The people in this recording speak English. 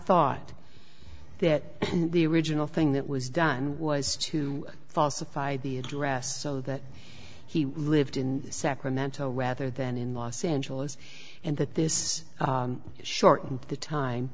thought that the original thing that was done was to falsify the address so that he lived in sacramento rather than in los angeles and that this short the time